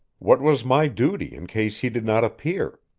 what was my duty in case he did not appear?